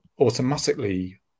automatically